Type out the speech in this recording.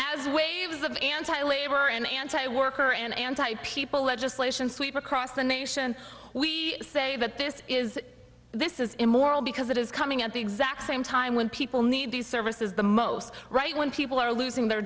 as waves of anti labor and anti worker and anti people legislation sweep across the nation we say that this is this is immoral because it is coming at the exact same time when people need these services the most right when people are losing their